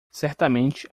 certamente